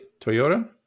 Toyota